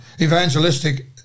evangelistic